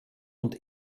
und